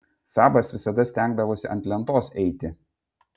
sabas visada stengdavosi ant lentos eiti